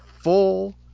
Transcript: full